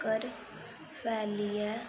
तक्कर फैलियै